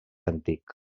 antic